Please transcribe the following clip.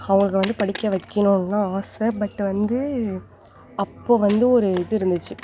அவங்களுக்கு வந்து படிக்க வைக்கணுன்னுதான் ஆசை பட் வந்து அப்போது வந்து ஒரு இது இருந்துச்சு